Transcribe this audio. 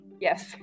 Yes